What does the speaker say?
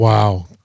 Wow